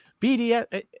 BDS